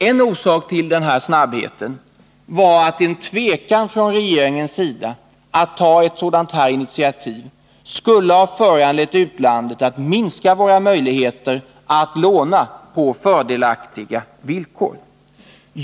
En orsak till detta var att en tvekan från regeringens sida att ta ett initiativ skulle ha föranlett utlandet att minska våra möjligheter att låna till fördelaktiga villkor.